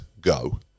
go